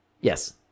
Yes